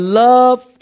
love